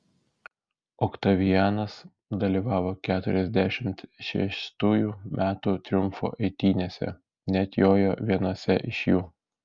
oktavianas dalyvavo keturiasdešimt šeštųjų metų triumfo eitynėse net jojo vienose iš jų